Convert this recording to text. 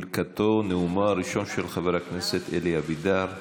ברכתו, נאומו הראשון של חבר הכנסת אלי אבידר.